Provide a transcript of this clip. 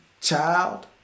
child